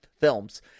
films